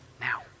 now